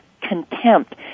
contempt